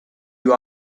you